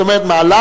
זאת אומרת מהלך,